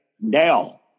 Now